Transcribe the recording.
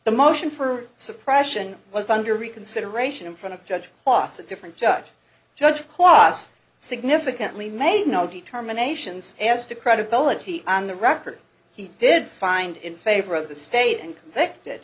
the motion for suppression was under reconsideration in front of judge toss a different judge judge costs significantly made no determinations as to credibility on the record he did find in favor of the state and convicted